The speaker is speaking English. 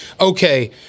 okay